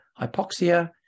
hypoxia